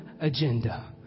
agenda